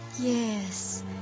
Yes